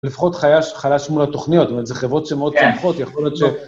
לפחות חלשנו לתוכניות, זאת אומרת, זה חברות שמאוד צומחות, יכול להיות ש...